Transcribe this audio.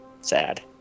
Sad